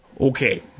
Okay